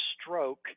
stroke